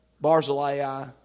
Barzillai